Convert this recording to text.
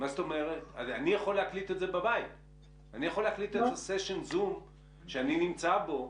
אני יכול להקליט את סשן הזום שאני נמצא בו,